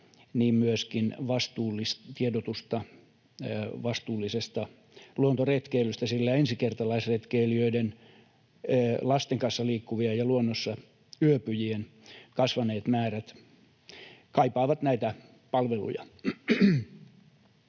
myöskin tiedotusta vastuullisesta luontoretkeilystä, sillä ensikertalaisretkeilijöiden, lasten kanssa liikkuvien ja luonnossa yöpyjien kasvaneet määrät kaipaavat näitä palveluja.